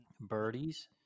birdies